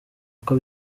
uko